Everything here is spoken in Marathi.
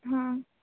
हां